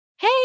Hey